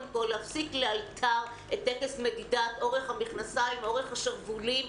קודם כול להפסיק לאלתר את טקס מדידת אורך המכנסיים ואורך השרוולים.